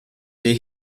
die